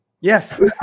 Yes